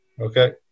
okay